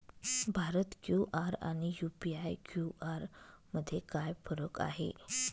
Bharat QR आणि UPI QR मध्ये काय फरक आहे?